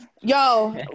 Yo